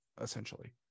essentially